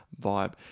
vibe